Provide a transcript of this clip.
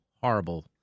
horrible